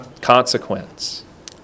Consequence